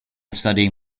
studying